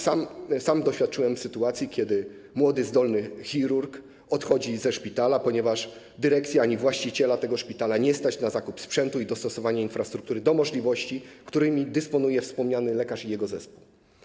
Sam doświadczyłem sytuacji, w której młody, zdolny chirurg odchodzi ze szpitala, ponieważ dyrekcji ani właściciela tego szpitala nie stać na zakup sprzętu i dostosowanie infrastruktury do możliwości, którymi dysponują wspomniany lekarz i jego zespół.